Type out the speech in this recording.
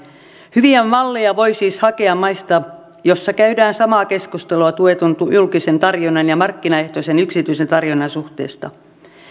hyviä malleja voi siis hakea maista joissa käydään samaa keskustelua tuetun julkisen tarjonnan ja markkinaehtoisen yksityisen tarjonnan suhteesta